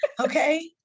Okay